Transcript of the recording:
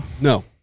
No